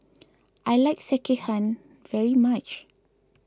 I like Sekihan very much